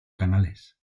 canales